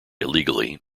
illegally